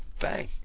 bang